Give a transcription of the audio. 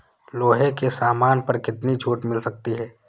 लोहे के सामान पर कितनी छूट मिल सकती है